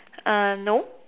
ah no